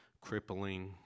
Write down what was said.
crippling